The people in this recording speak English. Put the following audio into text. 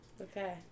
Okay